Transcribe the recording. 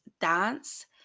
Dance